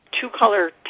two-color